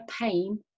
pain